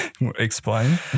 Explain